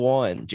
one